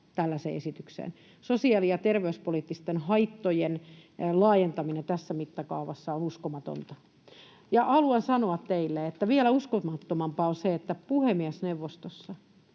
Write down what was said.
Sosiaali- ja terveyspoliittisten haittojen laajentaminen tässä mittakaavassa on uskomatonta. Ja haluan sanoa teille, että vielä uskomattomampaa on se, että puhemiesneuvostossa